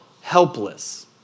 helpless